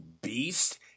beast